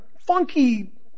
funky